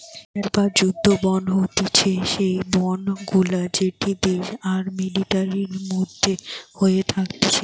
war বা যুদ্ধ bond হতিছে সেই বন্ড গুলা যেটি দেশ আর মিলিটারির মধ্যে হয়ে থাকতিছে